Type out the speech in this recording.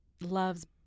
loves